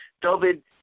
David